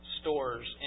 stores